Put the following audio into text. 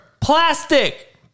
plastic